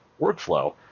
workflow